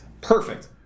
Perfect